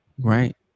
right